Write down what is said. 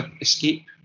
escape